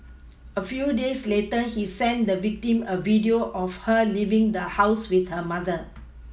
a few days later he sent the victim a video of her leaving the house with her mother